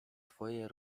twoje